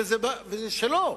וזה שלו,